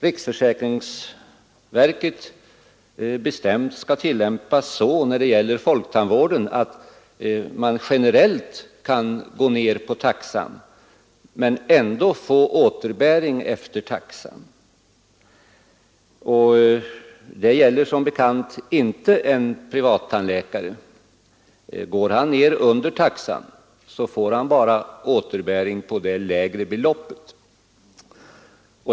Riksförsäkringsverket har bestämt att detta skall tillämpas så när det gäller folktandvården, att man där generellt kan gå under taxan, medan återbäringen beräknas efter taxan. Sådana regler gäller som bekant inte för en privat tandläkare. Om denne går ned under taxan, beräknas också återbäringen till det lägre beloppet.